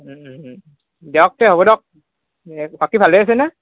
দিয়ক তে হ'ব দিয়ক সেয়ে বাকী ভালে আছেনে